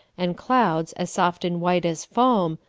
and clouds, as soft and white as foam,